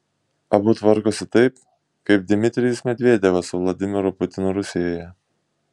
abu tvarkosi taip kaip dmitrijus medvedevas su vladimiru putinu rusijoje